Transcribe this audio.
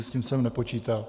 S tím jsem nepočítal.